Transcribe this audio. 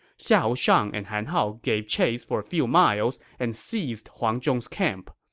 xiahou shang and han hao gave chase for a few miles and seized huang zhong's camp.